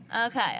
Okay